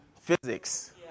physics